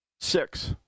Six